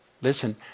listen